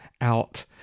out